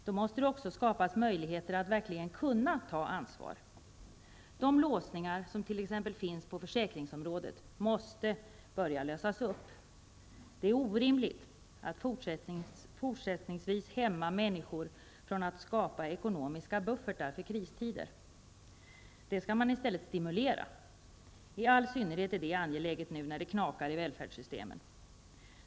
Då måste det också skapas sådana möjligheter att människor verkligen kan ta ansvar. De låsningar som finns på t.ex. försäkringsområdet måste börja lösas upp. Det är orimligt att fortsättningsvis hämma människor från att skapa ekonomiska buffertar för kristider. Det skall man i stället stimulera. I all synnerhet är det angeläget nu, när det knakar i välfärdssystemen.